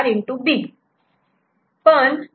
F1 B'